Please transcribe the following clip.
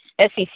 SEC